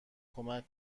کمک